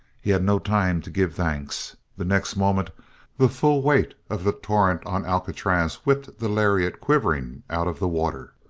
he had no time to give thanks. the next moment the full weight of the torrent on alcatraz whipped the lariat quivering out of the water.